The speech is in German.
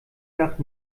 nach